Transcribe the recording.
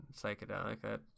psychedelic